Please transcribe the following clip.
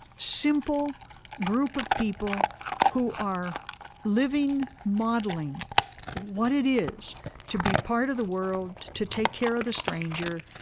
simple group of people who are living, modeling what it is to be part of the world, to take care of the stranger,